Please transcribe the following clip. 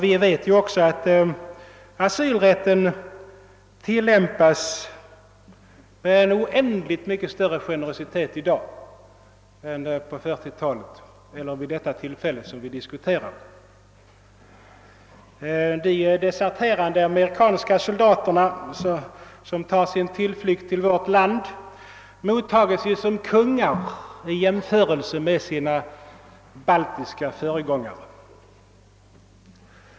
Vi vet ju också att asylrätten i dag tilllämpas med oändligt mycket större generositet än på 40-talet vid det tillfälle som vi nu diskuterar. De deserterande amerikanska soldater som i dag tar sin tillflykt till vårt land mottages ju som kungar i jämförelse med vad som skedde med deras baltiska föregångare.